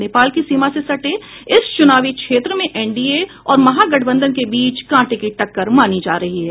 नेपाल की सीमा से सटे इस चुनावी क्षेत्र में एनडीए और महागठबंधन के बीच कांटे की टक्कर मानी जा रही है